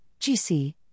GC